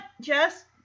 jess